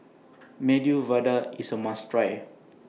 Medu Vada IS A must Try